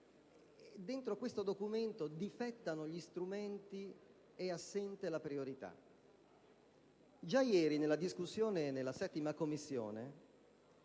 In questo documento difettano gli strumenti ed è assente la priorità. Già ieri, nella discussione in 7a Commissione,